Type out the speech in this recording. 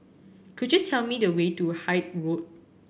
could you tell me the way to Haig Road